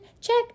Check